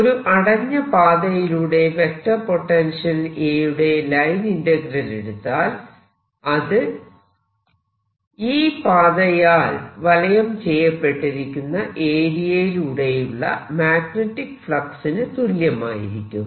ഒരു അടഞ്ഞ പാതയിലൂടെ വെക്റ്റർ പൊട്ടൻഷ്യൽ A യുടെ ലൈൻ ഇന്റഗ്രൽ എടുത്താൽ അത് ഈ പാതയാൽ വലയം ചെയ്യപ്പെട്ടിരിക്കുന്ന ഏരിയയിലൂടെയുള്ള മാഗ്നെറ്റിക് ഫ്ളക്സിന് തുല്യമായിരിക്കും